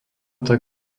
tak